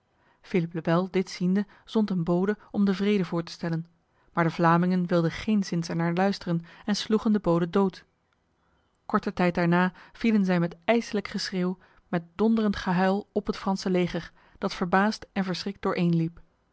le bel dit ziende zond een bode om de vrede voor te stellen maar de vlamingen wilden geenszins ernaar luisteren en sloegen de bode dood korte tijd daarna vielen zij met ijslijk geschreeuw met donderend gehuil op het franse leger dat verbaasd en verschrikt dooreenliep